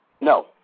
No